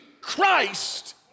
Christ